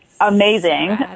amazing